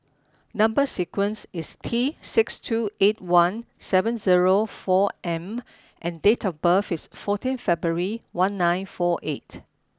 number sequence is T six two eight one seven zero four M and date of birth is fourteen February one nine four eight